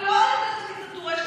ולא הולכת להיות דיקטטורה.